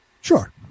Sure